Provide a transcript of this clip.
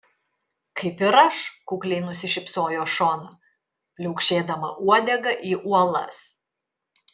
kaip ir aš kukliai nusišypsojo šona pliaukšėdama uodega į uolas